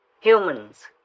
humans